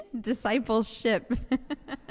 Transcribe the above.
discipleship